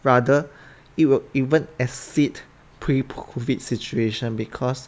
rather it will even exceed pre COVID situation because